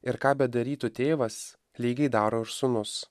ir ką bedarytų tėvas lygiai daro ir sūnus